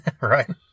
Right